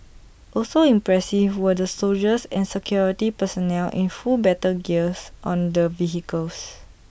also impressive were the soldiers and security personnel in full battle gears on the vehicles